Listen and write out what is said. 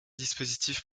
dispositif